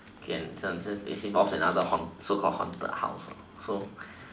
can this is from another so called haunted house so